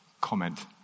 comment